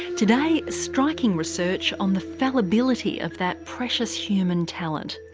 today, striking research on the fallibility of that precious human talent,